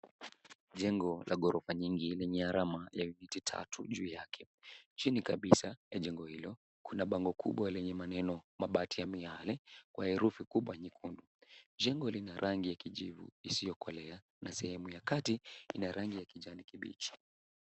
Jengo la ghorofa nyingi lenye harama la viti tatu juu yake. Chini kabisa ya jengo hilo, kuna bango kubwa lenye maneno mabati ya miyale kwa herufi kubwa nyekundu. Jengo lina rangi ya kijivu isiyokolea na sehemu ya kati ina rangi ya kijani kibichi.